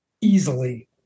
Easily